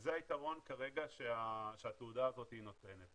וזה היתרון כרגע שהתעודה הזאת נותנת,